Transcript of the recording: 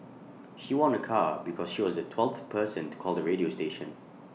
she won A car because she was the twelfth person to call the radio station